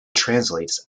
translates